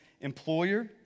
employer